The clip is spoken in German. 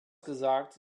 gesagt